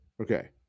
Okay